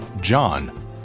John